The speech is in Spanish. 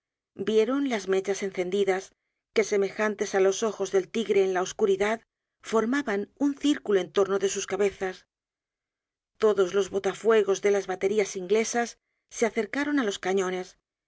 vieron las mechas encendidas que semejantes á los ojos del tigre en la oscuridad formaban un círculo en torno de sus cabezas todos los bota fuegos de las baterías inglesas se acercaron á los cañones